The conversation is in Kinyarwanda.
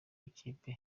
ikipe